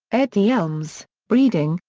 ed. the elms breeding,